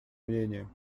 мнением